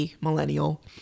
millennial